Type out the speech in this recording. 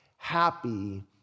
Happy